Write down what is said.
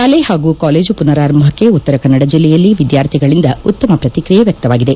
ಶಾಲೆ ಹಾಗೂ ಕಾಲೇಜು ಪುನರಾರಂಭಕ್ಕೆ ಉತ್ತರ ಕನ್ನಡ ಜಿಲ್ಲೆಯಲ್ಲಿ ಎದ್ದಾರ್ಥಿಗಳಿಂದ ಉತ್ತಮ ಪ್ರಕ್ರಿಯೆ ವ್ಯಕ್ತವಾಗಿದೆ